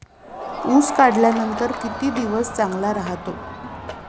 ऊस काढल्यानंतर किती दिवस चांगला राहतो?